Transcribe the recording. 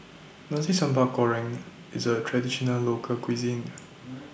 Nasi Sambal Goreng IS A Traditional Local Cuisine